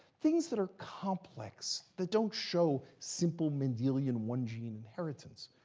things that are complex, that don't show simple mendelian one gene inheritance.